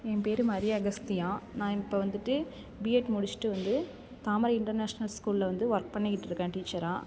என் பெயரு மரிய அகஸ்த்தியா நான் இப்போ வந்துட்டு பிஎட் முடிச்சிட்டு வந்து தாமரை இன்டெர்நேஷனல் ஸ்கூலில் வந்து ஒர்க் பண்ணிகிட்டு இருக்கேன் டீச்சராக